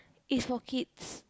is for kids